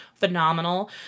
Phenomenal